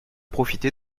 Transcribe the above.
profiter